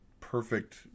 perfect